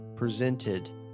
presented